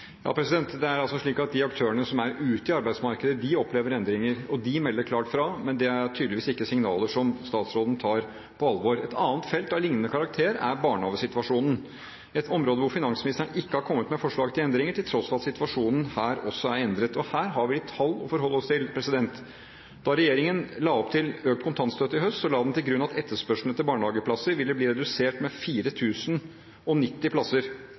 Det er altså slik at aktørene som er ute i arbeidsmarkedet, opplever endringer, og de melder klart fra. Men det er tydeligvis ikke signaler som statsråden tar på alvor. Et annet felt av lignende karakter er barnehagesituasjonen – et område hvor finansministeren ikke har kommet med forslag til endringer, til tross for at situasjonen her også er endret. Her har vi et tall å forholde oss til. Da regjeringen la opp til økt kontantstøtte i høst, la den til grunn at etterspørselen etter barnehageplasser ville bli redusert med 4 090 plasser.